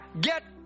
get